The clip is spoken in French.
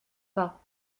pas